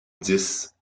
dix